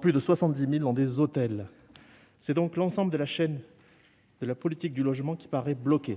plus de 70 000 l'étant dans des hôtels. L'ensemble de la chaîne de la politique du logement paraît bloqué